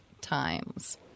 times